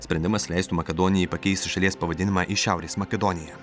sprendimas leistų makedonijai pakeisti šalies pavadinimą į šiaurės makedoniją